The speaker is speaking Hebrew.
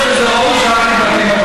אתה בכלל יודע מה זה?